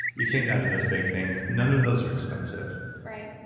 you came down to those big things none of those are expensive right